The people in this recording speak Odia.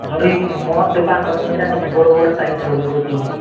ଆହୁରି ମୋର ଦୋକାନର ସିଙ୍ଗଡ଼ା ଟିକେ ବଡ଼ ବଡ଼ ସାଇଜ୍ର ବିକୁଛି ମୁଁ